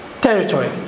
territory